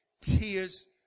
tears